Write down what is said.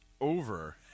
over